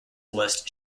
list